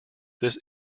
this